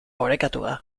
orekatua